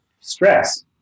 stress